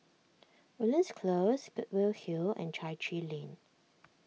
Woodlands Close Goodwood Hill and Chai Chee Lane